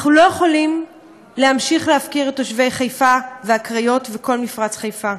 אנחנו לא יכולים להמשיך להפקיר את תושבי חיפה והקריות וכל מפרץ חיפה.